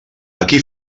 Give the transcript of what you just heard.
aquí